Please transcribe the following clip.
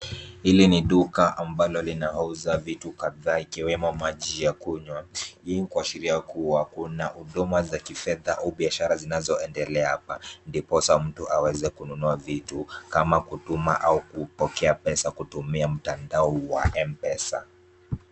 Hili ni duka ambalo linauza vitu kadhaa ikiwemo maji ya kunywa hii ni kuashiria kuwa kuna huduma za kifedha au biashara zinazoendelea apa ndiposa mtu aweze kununua vitu kama kutuma au kupokea pesa kutumia mtandao wa M-PESA.